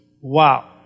Wow